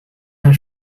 her